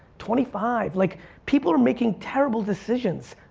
twenty five, like people are making terrible decisions,